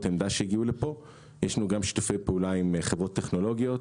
העמדה שהגיעו לכאן - עם חברות טכנולוגיות